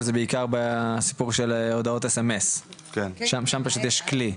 אבל זה בעיקר הסיפור של הודעות SMS ,שם פשוט יש כלי,